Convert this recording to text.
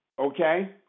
okay